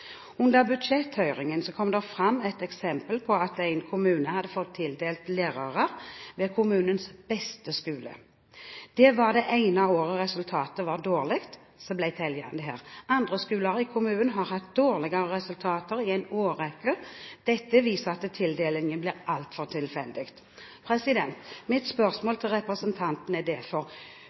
Under budsjetthøringen kom det fram et eksempel på at en kommune hadde fått tildelt lærere ved kommunens beste skole. Det var det ene året resultatet var dårlig, de ble tildelt disse. Andre skoler i kommunen har hatt dårligere resultater i en årrekke. Dette viser at tildelingen blir altfor tilfeldig. Mitt spørsmål til representanten er